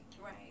right